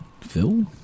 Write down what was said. Phil